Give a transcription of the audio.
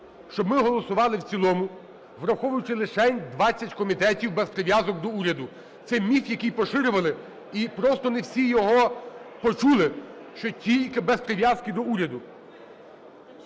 щоб ми голосували в цілому, враховуючи лишень 20 комітетів, без прив'язок до уряду. Це міф, який поширювали, і просто не всі його почули, що тільки без прив'язки до уряду.